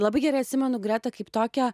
labai gerai atsimenu gretą kaip tokią